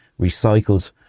recycled